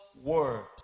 word